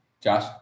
josh